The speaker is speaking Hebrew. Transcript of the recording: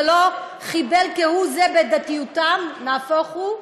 זה לא חיבל כהוא זה בדתיותם, נהפוך הוא.